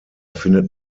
findet